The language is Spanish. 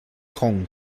hong